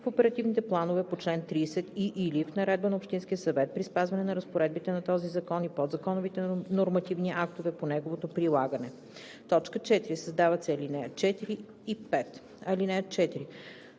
в оперативните планове по чл. 30 и/или в наредба на общинския съвет при спазване на разпоредбите на този закон и подзаконовите нормативни актове по неговото прилагане.“ 4. Създават се ал. 4 и 5: „(4)